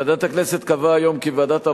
ועדת הכנסת קבעה היום כי ועדת העבודה,